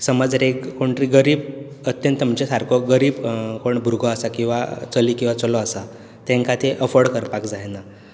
समज जर एक कोण तरी गरीब अत्यंत म्हणजे सारको गरीब कोण भुरगो आसा किंवा चली किंवा चलो आसा तांकां ते अफोर्ड करपाक जायना